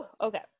Okay